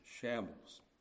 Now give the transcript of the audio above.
shambles